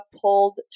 pulled